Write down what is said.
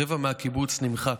רבע מהקיבוץ נמחק.